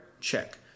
check